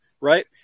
right